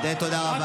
עודד, תודה רבה.